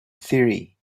theory